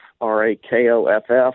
R-A-K-O-F-F